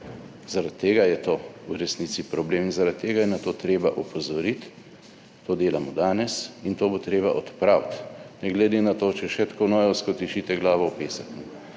Zaradi tega je to v resnici problem in zaradi tega je na to treba opozoriti. To delamo danes in to bo treba odpraviti, ne glede na to, če še tako nojevsko tišite glavo v pesek.